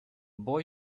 boy